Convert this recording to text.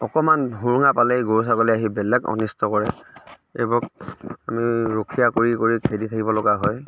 অকণমান সুৰুঙা পালেই গৰু ছাগলী আহি বেলেগ অনিষ্ট কৰে এইবোৰক আমি ৰখীয়া কৰি কৰি খেদি থাকিব লগা হয়